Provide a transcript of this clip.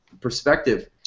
perspective